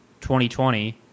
2020